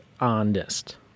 honest